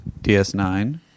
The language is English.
DS9